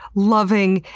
loving,